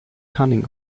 cunning